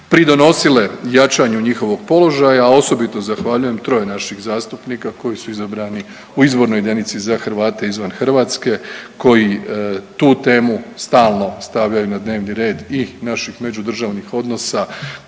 pridonosile jačanju njihovog položaja, a osobito zahvaljujem troje naših zastupnika koji su izabrani u izbornoj jedinici za Hrvate izvan Hrvatske koji tu temu stalno stavljaju na dnevni red i naših međudržavnih odnosa